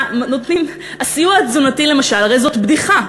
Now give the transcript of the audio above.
הסיוע התזונתי, למשל, הרי זאת בדיחה.